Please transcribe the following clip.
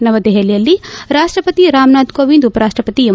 ನವದೆಹಲಿಯಲ್ಲಿ ರಾಷ್ಸಪತಿ ರಾಮನಾಥ್ ಕೋವಿಂದ್ ಉಪರಾಷ್ಸಪತಿ ಎಂ